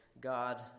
God